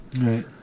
right